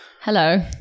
Hello